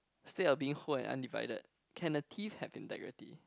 instead of being whole and undivided can a thief have integrity